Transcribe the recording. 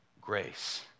grace